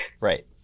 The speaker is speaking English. Right